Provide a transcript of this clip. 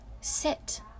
sit